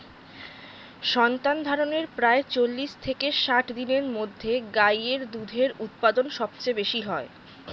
সন্তানধারণের প্রায় চল্লিশ থেকে ষাট দিনের মধ্যে গাই এর দুধের উৎপাদন সবচেয়ে বেশী হয়